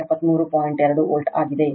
2 volt ಆಗಿದೆ